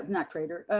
not trader,